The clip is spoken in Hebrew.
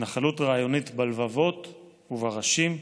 ההתנחלות רעיונית בלבבות ובראשים.